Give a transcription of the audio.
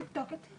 תבדקו את זה,